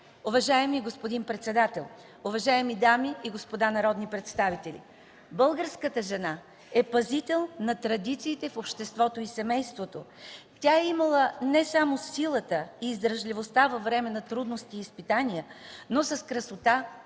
Уважаеми господин председател, уважаеми дами и господа народни представители, българската жена е пазител на традициите в обществото и семейството. Тя е имала не само силата и издръжливостта във време на трудности и изпитания, но с красота,